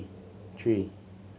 three